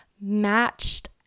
matched